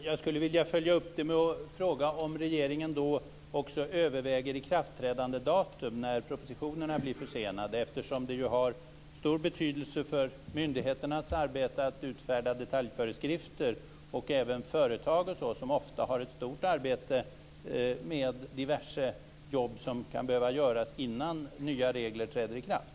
Fru talman! Jag skulle följa upp det med att fråga om regeringen också överväger ikraftträdandedatum när propositionerna blir försenade. Det har stor betydelse för myndigheternas arbete att utfärda detaljföreskrifter. Även företag har ofta ett stort arbete med diverse jobb som kan behöva göras innan nya regler träder i kraft.